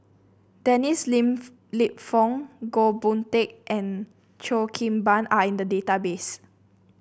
Dennis Lip Fong Goh Boon Teck and Cheo Kim Ban are in the database